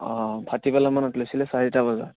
অঁ ভাটিবেলামানত লৈছিলে চাৰিটা বজাত